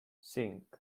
cinc